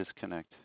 disconnect